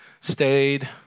stayed